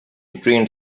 green